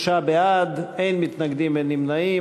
23 בעד, אין מתנגדים, אין נמנעים.